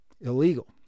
illegal